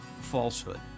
falsehood